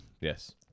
Yes